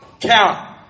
Count